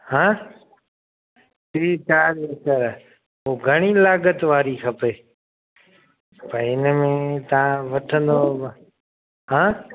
हा टे चार एकड़ पोइ घणी लागत वारी खपे भई हिनमें तव्हां वठंदव हा